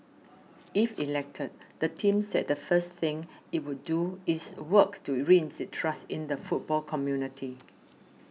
if elected the team said the first thing it would do is work to reinstate trust in the football community